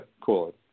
cool